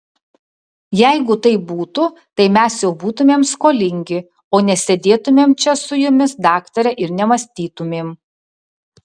jeigu taip būtų tai mes jau būtumėm skolingi o nesėdėtumėm čia su jumis daktare ir nemąstytumėm